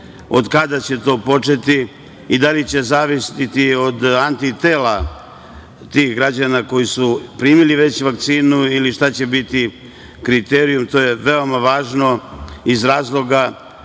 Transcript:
Od kada će to početi i da li će zavisiti od antitela tih građana koji su već primili vakcinu ili šta će biti kriterijum? To je veoma važno iz razloga